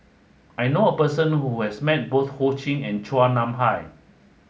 I knew a person who has met both Ho Ching and Chua Nam Hai